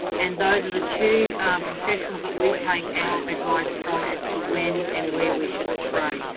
and those are the two professionals that we take our advice from as to when and where we should spray.